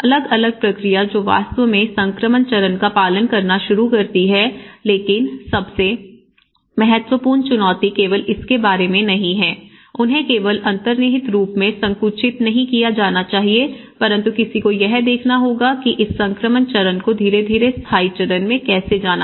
अलग अलग प्रक्रिया जो वास्तव में संक्रमण चरण का पालन करना शुरू करती है लेकिन सबसे महत्वपूर्ण चुनौती केवल इसके बारे में नहीं है उन्हें केवल अंतर्निहित रूप में संचित नहीं किया जाना चाहिए परंतु किसी को यह देखना होगा कि इस संक्रमण चरण को धीरे धीरे स्थायी चरण में कैसे जाना है